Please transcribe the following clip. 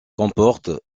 comporte